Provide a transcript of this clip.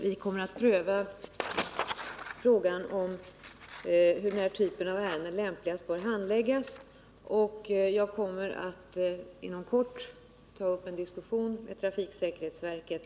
Vi kommer emellertid att pröva hur den här typen av ärenden lämpligast bör handläggas, och jag kommer därför att inom kort ta upp en diskussion om detta med trafiksäkerhetsverket.